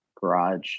Garage